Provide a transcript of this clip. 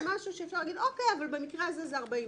אפשר להגיד: אוקיי, אבל במקרה הזה זה 40 דקות,